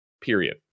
Period